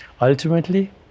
Ultimately